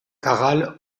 caral